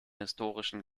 historischen